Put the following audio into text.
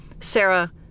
Sarah